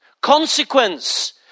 Consequence